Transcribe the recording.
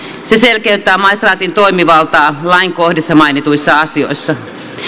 se selkeyttää maistraatin toimivaltaa lain kohdissa mainituissa asioissa